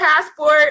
passport